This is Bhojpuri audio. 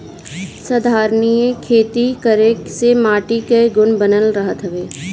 संधारनीय खेती करे से माटी कअ गुण बनल रहत हवे